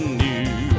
new